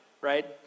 right